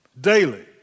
daily